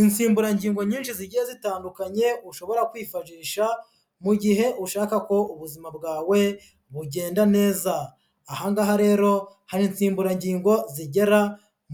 Insimburangingo nyinshi zigiye zitandukanye ushobora kwifashisha mu gihe ushaka ko ubuzima bwawe bugenda neza, aha ngaha rero hari insimburangingo zigera